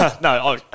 No